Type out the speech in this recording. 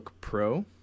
Pro